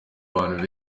abantu